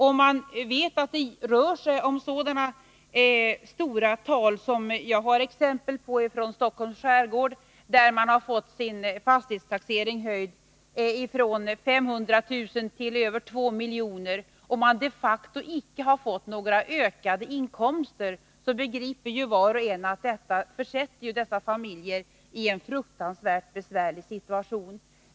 Vi känner till att det här rör sig om stora tal. Jag har exempel från Stockholms skärgård där fastighetens taxeringsvärde har höjts från 500 000 till över 2 miljoner. Då dessa familjer de facto inte har fått några ökade inkomster, begriper var och en att detta försätter familjerna i en fruktansvärt besvärlig situation.